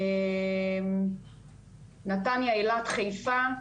אילת, חיפה,